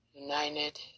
United